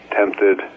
tempted